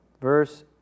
verse